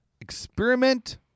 experiment